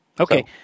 Okay